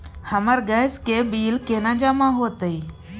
हमर गैस के बिल केना जमा होते?